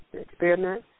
experiment